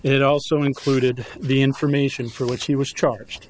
it also included the information for which he was charged